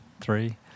three